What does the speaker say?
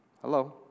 Hello